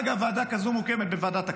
אגב, ועדה כזאת מוקמת בוועדת הכנסת,